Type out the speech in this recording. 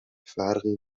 فرقی